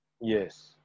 Yes